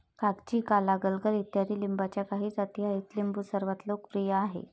कागजी, काला, गलगल इत्यादी लिंबाच्या काही जाती आहेत लिंबू सर्वात लोकप्रिय आहे